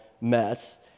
mess